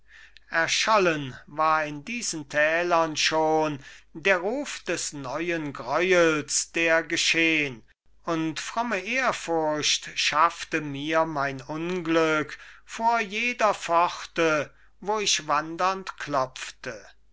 erschollen war in diesen tälern schon der ruf des neuen greuels der geschehn und fromme ehrfurcht schaffte mir mein unglück vor jeder pforte wo ich wandernd klopfte